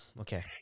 okay